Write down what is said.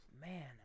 Man